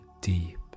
deep